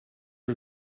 are